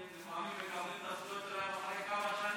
הם לפעמים מקבלים את הזכויות שלהם אחרי כמה שנים.